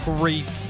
Great